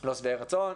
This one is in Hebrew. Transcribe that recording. לא שבעי רצון.